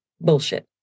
Bullshit